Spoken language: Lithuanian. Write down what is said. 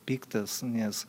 piktas nes